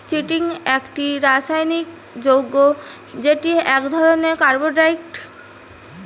chitin একটি রাসায়নিক যৌগ্য যেটি এক ধরণের কার্বোহাইড্রেট